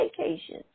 vacation